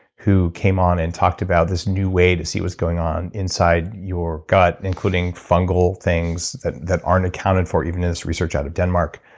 who came on and talked about this new way to see what's going on inside your gut, including fungal things that that aren't accounted for even in this research out of denmark,